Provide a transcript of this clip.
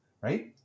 right